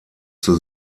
zur